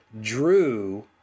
drew